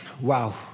Wow